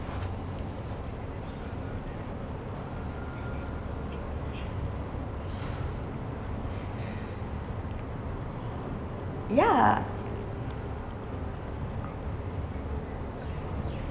ya